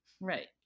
Right